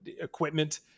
equipment